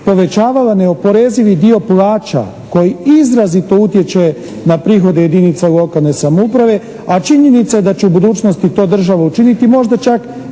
povećavala neoporezivi dio plaća koji izrazito utječe na prihode jedinica lokalne samouprave, a činjenica je da će u budućnosti to država učiniti, možda čak